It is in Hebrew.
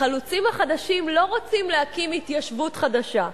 החלוצים החדשים לא רוצים להקים התיישבות חדשה.